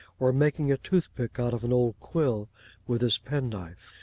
or making a toothpick out of an old quill with his penknife.